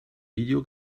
video